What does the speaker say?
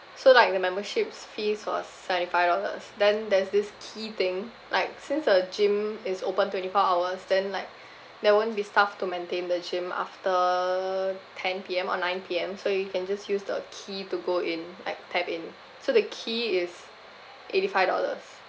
so like the memberships fees was seventy five dollars then there's this key thing like since the gym is open twenty four hours then like there won't be staff to maintain the gym after ten P_M or nine P_M so you can just use the key to go in like tap in so the key is eighty five dollars